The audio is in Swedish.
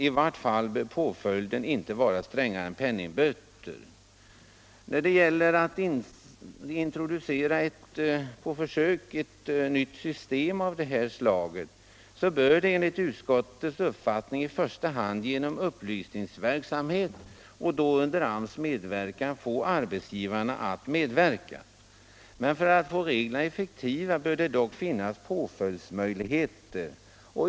I vart fall bör påföljden inte vara strängare än penningböter. När det gäller att på försök introducera ett nytt system av det här slaget, bör man enligt utskottets uppfattning i första hand genom upplysningsverksamhet under AMS medverkan få arbetsgivarna att medverka. För att få reglerna effektiva bör det dock finnas en påföljdsmöjlighet.